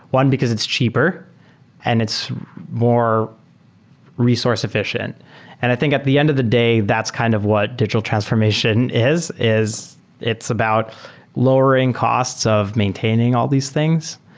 one, because it's cheaper and it's more resource effi cient. and i think at the end of the day, that's kind of what digital transformation is, is it's about lowering costs of maintaining all these things,